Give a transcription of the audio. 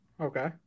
Okay